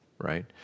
right